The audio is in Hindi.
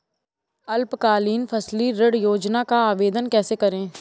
अल्पकालीन फसली ऋण योजना का आवेदन कैसे करें?